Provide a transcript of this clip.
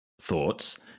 thoughts